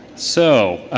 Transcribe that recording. so,